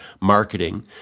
marketing